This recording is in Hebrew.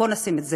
בואו נשים את זה,